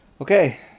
Okay